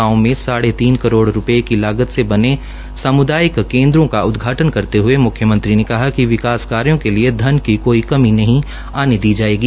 गांव में साढ़े तीन करोड़ रूपये की लागत से बने सामूदायिक केन्द्रो का उदघाटन् करते हये मुख्यमंत्री ने कहा कि विकास कार्यो के लिए धन की कोई कमी नहीं आने दी जायेगी